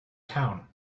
town